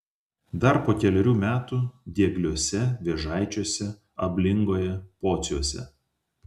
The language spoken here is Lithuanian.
dar po kelerių metų diegliuose vėžaičiuose ablingoje pociuose